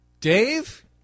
Dave